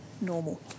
normal